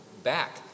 Back